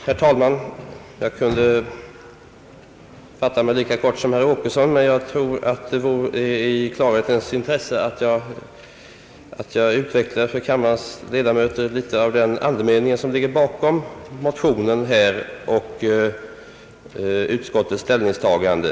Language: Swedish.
Herr talman! Jag kunde fatta mig lika kort som herr Åkesson, men jag tror att det är i klarhetens intresse att jag för kammarens ledamöter utvecklar något av den andemening som ligger bakom motionen och utskottets ställningstagande.